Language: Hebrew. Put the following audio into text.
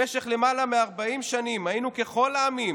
במשך למעלה מ-40 שנים היינו ככל העמים,